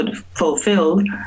fulfilled